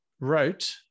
wrote